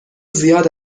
زیاد